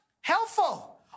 helpful